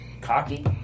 Cocky